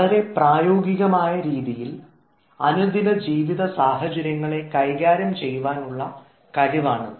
വളരെ പ്രായോഗികമായ രീതിയിൽ അനുദിനജീവിതസാഹചര്യങ്ങളെ കൈകാര്യം ചെയ്യുവാനുള്ള കഴിവാണിത്